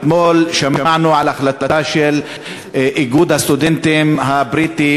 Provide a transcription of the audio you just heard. אתמול שמענו על החלטה של איגוד הסטודנטים הבריטי,